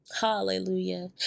hallelujah